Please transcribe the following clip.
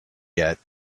yet